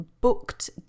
booked